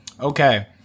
Okay